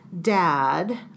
dad